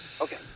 Okay